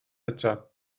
eto